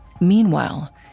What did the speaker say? Meanwhile